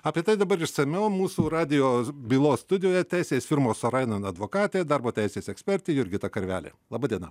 apie tai dabar išsamiau mūsų radijo bylos studijoje teisės firmos arainan advokatė darbo teisės ekspertė jurgita karvelis laba diena